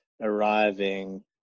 arriving